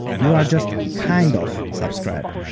you are just kind of subscribed.